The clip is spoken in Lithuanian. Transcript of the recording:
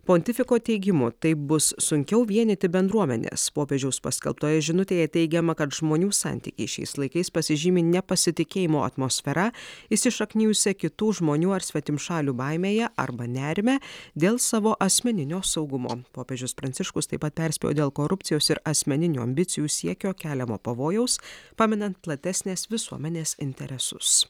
pontifiko teigimu taip bus sunkiau vienyti bendruomenes popiežiaus paskelbtoje žinutėje teigiama kad žmonių santykiai šiais laikais pasižymi nepasitikėjimo atmosfera įsišaknijusia kitų žmonių ar svetimšalių baimėje arba nerime dėl savo asmeninio saugumo popiežius pranciškus taip pat perspėjo dėl korupcijos ir asmeninių ambicijų siekio keliamo pavojaus paminant platesnės visuomenės interesus